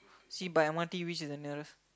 see by M_R_T which is the nearest